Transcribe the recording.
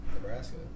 Nebraska